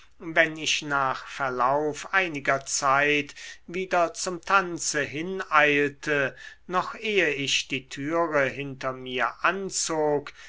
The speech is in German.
wenn ich nach verlauf einiger zeit wieder zum tanze hineilte noch eh ich die türe hinter mir anzog